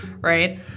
right